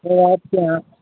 sir आपके यहाँ